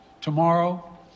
Tomorrow